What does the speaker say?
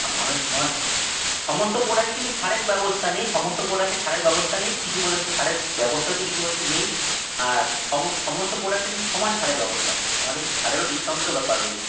আমাদের তো আর সমস্ত প্রোডাক্টে কিন্তু ছাড়ের ব্যবস্তা নেই সমস্ত প্রোডাক্টে ছাড়ের ব্যবস্তা নেই কিছু প্রোডাক্টে ছাড়ের ব্যবস্তা আছে কিছু প্রোডাক্টে নেই আর সমস্ত প্রোডাক্টে কিন্তু সমান ছাড়ের ব্যবস্থা নেই আমাদের কিন্তু ছাড়েরও ডিসকাউন্টেরও ব্যাপার রয়েছে